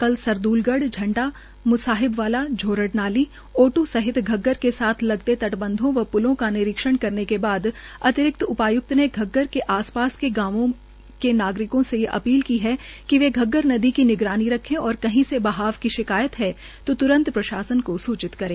कल सरद्लगढ़ झंडा म्साहिब वाला झोरड़ नाली ओटू सहित घग्घर के साथ लगते तट बंधों व प्लो का निरीक्षण करने के बाद अतिरिक्त उपाय्क्त ने घग्घर के आप पास के गांवों के नागरिकों से भी अपील की है कि वे घग्घर नदी की निगरानी रखें और कहीं से बहाव की शिकायत है तो लोग तुरंत प्रशासन को सूचित करें